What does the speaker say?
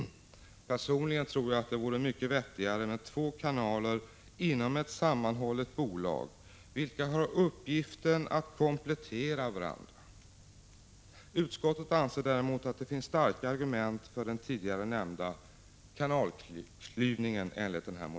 Personligen tror jag det vore vettigare med två kanaler inom ett sammanhållet bolag, vilka har uppgiften att komplettera varandra. Utskottet anser däremot att det finns starka argument för den tidigare nämnda kanalklyvningen.